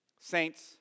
Saints